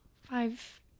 five